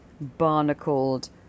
barnacled